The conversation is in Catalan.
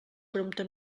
prompte